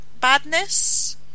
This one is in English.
badness